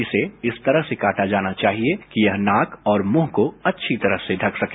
इसे इस तरह से काटा जाना चाहिए कि यह नाक और मुंह को अच्छी तरह से ढक सके